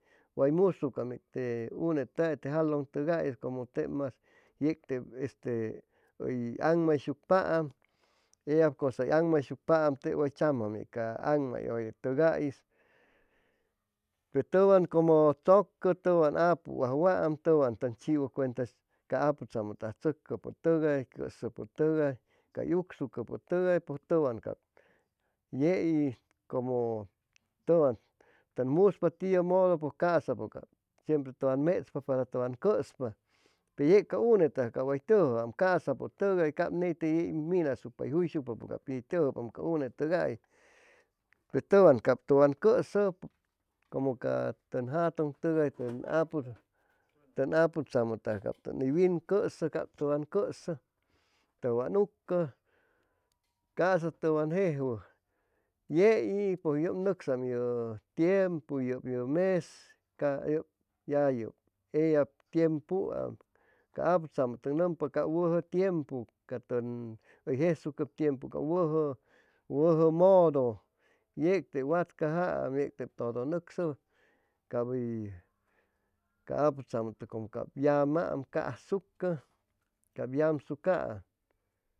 Way musucaam yec te unetʉgais, te jalʉntʉgais como tep mas yec tep este hʉy aŋmayshucpaam eyap cosa hʉy aŋmayshucpaam tep way tzamaam yec ca aŋmayʉyetʉgais pe tʉwan como tzʉcʉ tʉwan apuajwaam tʉwan tʉn chiwʉ cuenta ca aputzamʉtʉgais hʉy hʉy tzʉcʉpʉtʉgay, cʉsʉpʉtʉgay cay ucsucupʉtʉgay pʉj tʉwan cap yei como tʉwan tʉn muspaam tiʉmodo pʉj ca'sapʉsempre tʉwan mechpa para tʉwa cʉsspa pe yec ca unetʉgais cap way tʉjʉam casaptʉgay cap ney yey te minasucpa hʉy juyshucpapʉ pit tʉjʉpam ca unetʉgais pe tʉwan cap tʉwan cʉʉsʉ como ca tʉn jatʉntʉgay tʉn aputzamʉtʉgay cap tʉwan wincʉʉsʉ cap tʉwan cʉʉsʉ tʉwan ucʉ ca'sa tʉwan jejwuʉ yei pʉj yʉp nʉcsam ye tiempu yʉy yʉ mes ca yʉ yap eyap tiempuam ca aputzamʉtʉg nʉmpa cap wʉjʉ tiempu ca tʉn hʉy jesucʉp tiempu cap wʉjʉ wʉjʉ modo yec tep watcajaam yec tep todo nʉcsʉmʉ cap hʉy ca aputzamʉtʉg como cap yamaam casucʉ cap yamsucaam